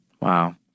Wow